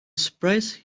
surprise